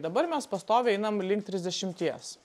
dabar mes pastoviai einam link trisdešimties